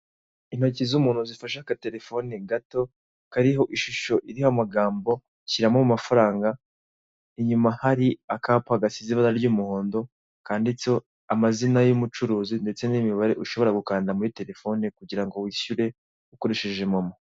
Intoki z'umuntu zifashe akaterefone gato, kariho ishusho iriho amagambi, shyiramo amafaranga, inyuma hari akapa gasize ibara ry'umuhondo kanditse ho amazina y'umucuruzi ndetse n'imibare ushobora gukanda muri terefone kugira ngo wishyure ukoresheje momo.